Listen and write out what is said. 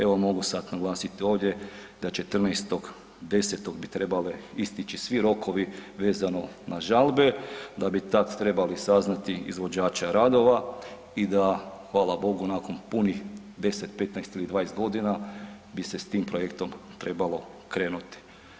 Evo mogu sad naglasit ovdje da 14.10. bi trebali isteći svi rokovi vezano na žalbe, da bi tad trebali saznati izvođače radova i da hvala Bogu nakon punih 10, 15 ili 20.g. bi se s tim projektom trebalo krenuti.